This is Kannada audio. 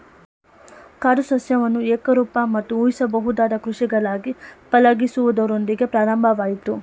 ಕಾಡು ಸಸ್ಯವನ್ನು ಏಕರೂಪ ಮತ್ತು ಊಹಿಸಬಹುದಾದ ಕೃಷಿಗಳಾಗಿ ಪಳಗಿಸುವುದರೊಂದಿಗೆ ಪ್ರಾರಂಭವಾಯ್ತು